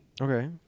Okay